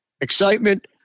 excitement